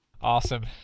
Awesome